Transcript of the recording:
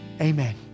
amen